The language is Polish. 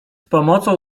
pomocą